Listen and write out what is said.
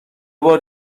بار